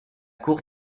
cour